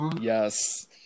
yes